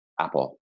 Apple